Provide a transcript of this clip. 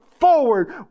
Forward